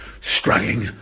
struggling